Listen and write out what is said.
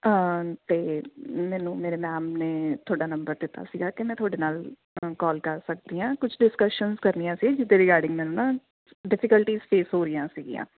ਅਤੇ ਮੈਨੂੰ ਮੇਰੇ ਮੈਮ ਨੇ ਤੁਹਾਡਾ ਨੰਬਰ ਦਿੱਤਾ ਸੀਗਾ ਕਿ ਮੈਂ ਤੁਹਾਡੇ ਨਾਲ ਕੋਲ ਕਰ ਸਕਦੀ ਹਾਂ ਕੁਛ ਡਿਸਕਸ਼ਨਸ ਕਰਨੀਆਂ ਸੀ ਜਿਸ ਦੇ ਰਿਗਾਰਡਿੰਗ ਮੈਨੂੰ ਨਾ ਡਿਫੀਕਲਟੀਸ ਫੇਸ ਹੋ ਰਹੀਆਂ ਸੀਗੀਆਂ